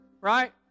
right